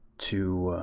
to